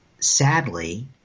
Sadly